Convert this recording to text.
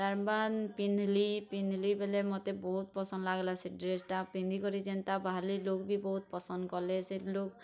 ତା'ର ବାନ୍ଧ୍ ପିନ୍ଧ୍ଲି ପିନ୍ଧ୍ଲି ବୋଲେ ମୋତେ ବହୁତ୍ ପସନ୍ଦ ଲାଗ୍ଲା ସେ ଡ୍ରେସ୍ଟା ପିନ୍ଧିକରି ଯେନ୍ତା ବାହାରିଲି ଲୋକ୍ମାନେ ବି ବହୁତ ପସନ୍ଦ କଲେ ସେ ଲୋକ୍